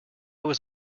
was